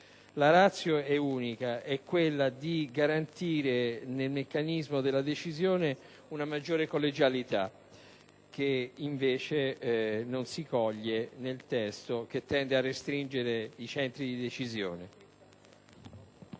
La *ratio* è unica ed è quella di garantire, nel meccanismo della decisione, una maggiore collegialità, che invece non si coglie nel testo che tende a restringere i centri di decisione.